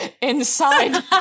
inside